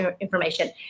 information